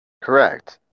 Correct